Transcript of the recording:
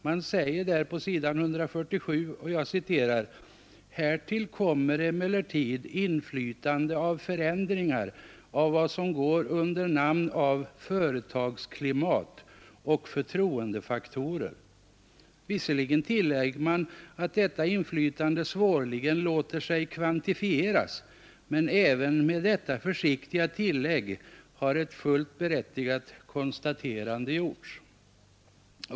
Man säger där på s. 147: ”Härtill kommer emellertid inflytande av förändringar av vad som går under namn av ”företagsklimat” och ”förtroende”- faktorer.” Visserligen tillägger man att detta inflytande svårligen låter sig kvantifieras, men även med detta försiktiga tillägg har ett fullt berättigat konstaterande gjorts.